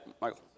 Michael